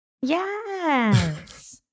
Yes